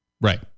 Right